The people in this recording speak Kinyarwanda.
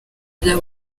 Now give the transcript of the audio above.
bya